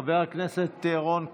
חבר הכנסת רון כץ,